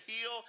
heal